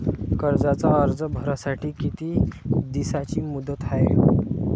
कर्जाचा अर्ज भरासाठी किती दिसाची मुदत हाय?